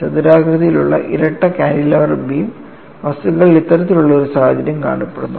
ചതുരാകൃതിയിലുള്ള ഇരട്ട cantilever beam വസ്തുക്കളിൽ ഇത്തരത്തിലുള്ള ഒരു സാഹചര്യം കാണപ്പെടുന്നു